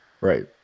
Right